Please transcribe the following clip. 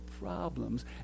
problems